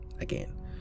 Again